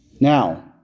Now